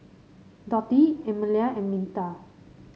Dotty Emelia and Minta